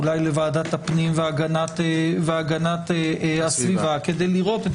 אולי לוועדת הפנים והגנת הסביבה כדי לראות את